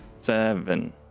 seven